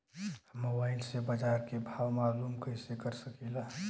हम मोबाइल से बाजार के भाव मालूम कइसे कर सकीला?